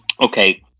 Okay